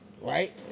right